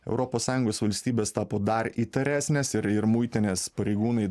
europos sąjungos valstybės tapo dar įtaresnės ir ir muitinės pareigūnai